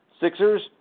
Sixers